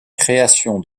création